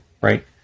right